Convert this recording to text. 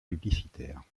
publicitaires